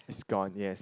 it's gone yes